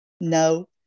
no